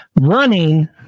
running